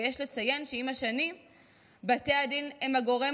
ויש לציין שעם השנים בתי הדין הם הגורם